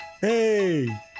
Hey